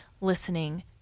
listening